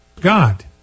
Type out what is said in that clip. God